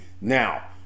now